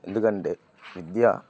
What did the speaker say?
ఎందుకంటే విద్య